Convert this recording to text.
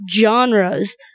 genres